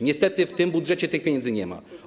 Niestety w tym budżecie tych pieniędzy nie ma.